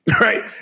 right